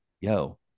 yo